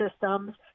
systems